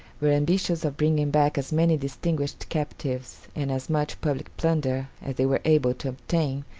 were ambitious of bringing back as many distinguished captives and as much public plunder as they were able to obtain,